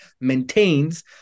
maintains